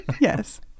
Yes